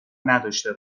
نداشته